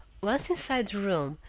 once inside the room,